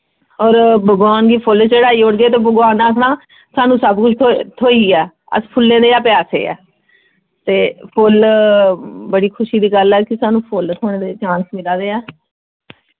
होर भगवान गी फुल्ल चढ़ाई ओड़गे ते भगवान ने आखना सानूं सब कुछ थो थ्होई गेआ अस फुल्लें दे गै प्यासे ऐ ते फुल्ल बड़ी खुशी दी गल्ल ऐ कि सानूं फुल्ल थ्होने दे चांस मिला दे ऐ